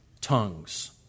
tongues